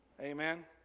Amen